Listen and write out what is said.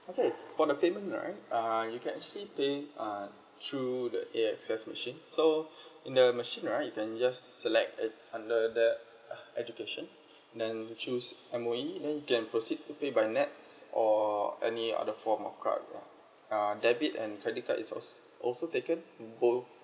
okay for the payment right uh you can actually pay uh through the A_X_S machine so in the machine right you can just select at under that education then choose M_O_E then you can proceed to pay by nets or any other form of card ya uh debit and credit card is also~ also taken in both